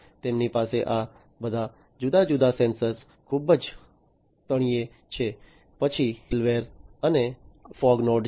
તેમની પાસે આ બધા જુદા જુદા સેન્સર ખૂબ જ તળિયે છે પછી મિડલવેર અને ફોગ નોડ છે